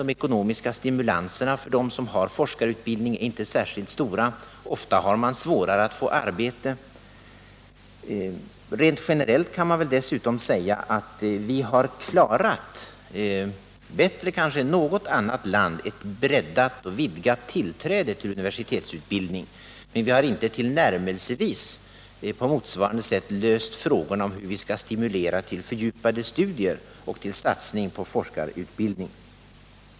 De ekonomiska stimulanserna för den som är i forskarutbildning är inte särskilt stora, och de har ofta större svårigheter att få arbete. Rent generellt kan man väl dessutom säga att vi kanske bättre än man lyckats med i något annat land har breddat och vidgat tillträdet till universitetsutbildning men att vi inte tillnärmelsevis på motsvarande sätt löst frågan om hur vi skall stimulera till fördjupade studier och till satsning på forskarutbildning.